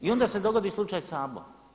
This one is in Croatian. I onda se dogodi slučaj Sabo.